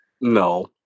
No